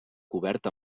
cobert